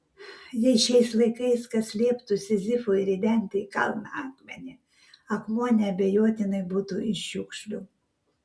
jei šiais laikais kas lieptų sizifui ridenti į kalną akmenį akmuo neabejotinai būtų iš šiukšlių